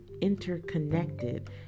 interconnected